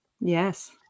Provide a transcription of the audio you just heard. Yes